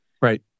Right